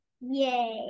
Yay